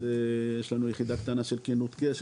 יש לנו גם יחידה קטנה של תקינות קשר